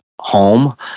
home